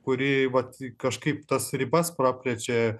kuri vat kažkaip tas ribas praplečia